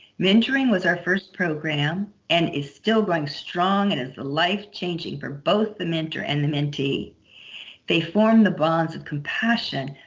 mentoring was our first program and is still going strong and is life changing for both the mentor and the mentee they form the bonds of compassion,